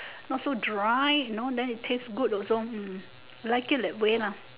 not so dry you know then it taste good also hmm like it that way lah